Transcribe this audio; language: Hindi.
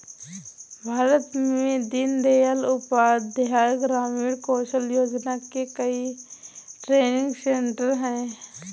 भारत में दीन दयाल उपाध्याय ग्रामीण कौशल योजना के कई ट्रेनिंग सेन्टर है